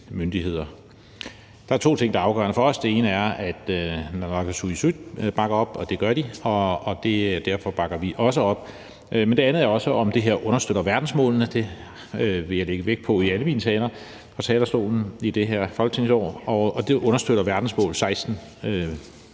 Der er to ting, der er afgørende for os. Det ene er, at naalakkersuisut bakker op, og det gør de, og derfor bakker vi også op. Men det andet er også, om det her understøtter verdensmålene. Det vil jeg lægge vægt på i alle mine taler på talerstolen i det her folketingsår. Og det understøtter verdensmål 16,